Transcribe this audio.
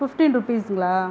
fifteen ருப்பீஸுங்களா